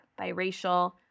biracial